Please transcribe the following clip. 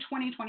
2020